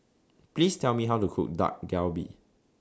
Please Tell Me How to Cook Dak Galbi